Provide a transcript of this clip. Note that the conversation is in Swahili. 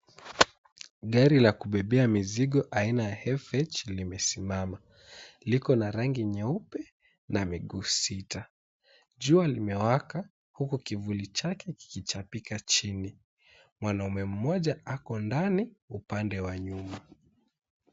Gari la kubebea mizigo aina ya FH limesimama. Likona rangi nyeupe na miguu sita. Jua limewaka huku kivuli chake kikichapika chini. Mwanaume mmoja ako ndani, upande wa nyuma.